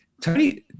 Tony